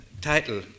title